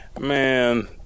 man